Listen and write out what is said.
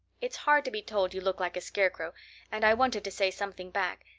it's hard to be told you look like a scarecrow and i wanted to say something back.